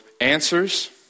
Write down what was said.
answers